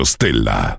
Stella